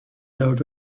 out